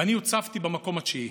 ואני הוצבתי במקום התשיעי.